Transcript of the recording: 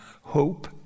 hope